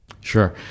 Sure